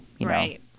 Right